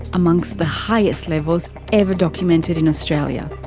amongst the highest levels ever documented in australia.